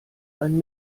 ein